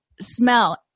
smell